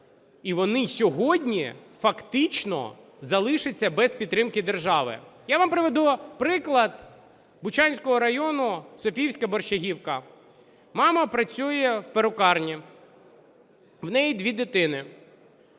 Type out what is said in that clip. і вони сьогодні фактично залишаться без підтримки держави. Я вам приведу приклад Бучанського району, Софіївська Борщагівка. Мама працює в перукарні. В неї дві дитини.